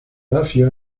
matthew